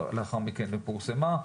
לאחר מכן היא פורסמה,